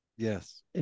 Yes